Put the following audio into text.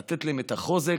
לתת להם את החוזק.